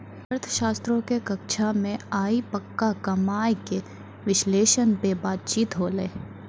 अर्थशास्त्रो के कक्षा मे आइ पक्का कमाय के विश्लेषण पे बातचीत होलै